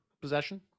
possession